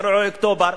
אירועי אוקטובר.